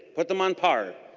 put them on part.